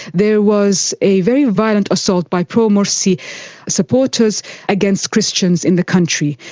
there was a very violent assault by pro-morsi supporters against christians in the country.